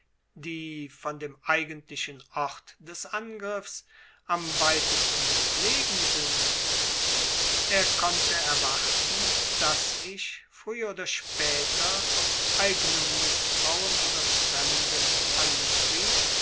die von dem eigentlichen ort des angriffs am weitesten entlegen sind er konnte erwarten daß ich früher oder später aus eignem mißtrauen oder fremdem antrieb